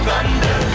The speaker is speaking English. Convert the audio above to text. Thunder